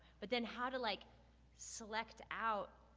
but then how to like select out,